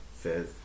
says